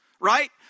right